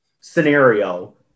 scenario